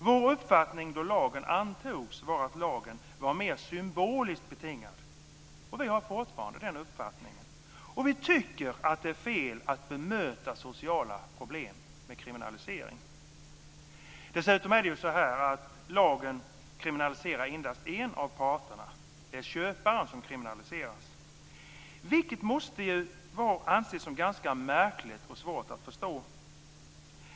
Vår uppfattning då lagen antogs var att den var mer symboliskt betingad. Vi har fortfarande den uppfattningen, och vi tycker att det är fel att bemöta sociala problem med kriminalisering. Dessutom innebär lagen att endast en av parterna, köparen, kriminaliseras, vilket måste anses som ganska märkligt och svårt att förstå.